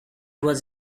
was